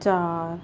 ਚਾਰ